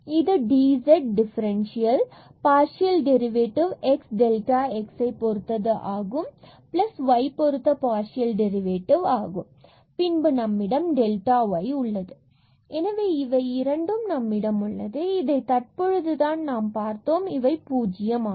இது dz differential partial derivative x delta x பொறுத்தது ஆகும் y பொருத்த டெரிவேட்டிவ் ஆகும் மற்றும் பின்பு நம்மிடம் டெல்டா y உள்ளது zf0x0y f00 ΔxΔyΔx2Δy2 எனவே இவை இரண்டும் நம்மிடம் உள்ளது இதை தற்பொழுது தான் நாம் பார்த்தோம் இவை பூஜ்யம் ஆகும்